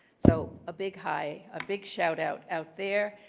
so a big hi, a big shout out out there,